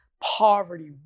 poverty